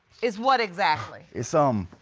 is what exactly? it's, um,